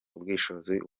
ubushishozi